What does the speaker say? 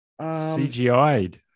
CGI'd